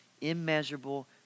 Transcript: immeasurable